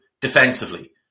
defensively